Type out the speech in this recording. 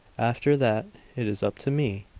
after that it is up to me!